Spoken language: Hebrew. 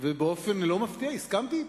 ובאופן לא מפתיע הסכמתי אתו.